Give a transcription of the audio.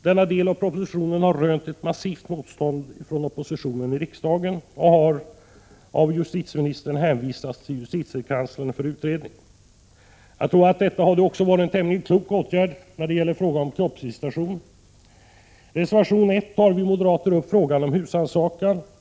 Denna del av propositionen har rönt ett massivt motstånd från oppositionen i riksdagen och har av justitieministern hänvisats till justitiekanslern för utredning. Jag tror att detta också hade varit en tämligen klok åtgärd även när det gällt frågan om kroppsvisitation. I reservation 1 tar vi moderater upp frågan om husrannsakan.